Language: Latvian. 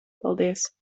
paldies